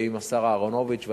ועם השר אהרונוביץ,